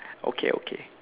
okay okay